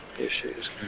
issues